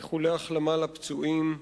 ואיחולי החלמה לפצועים.